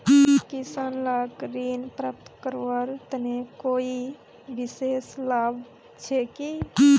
किसान लाक ऋण प्राप्त करवार तने कोई विशेष लाभ छे कि?